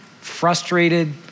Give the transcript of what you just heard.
frustrated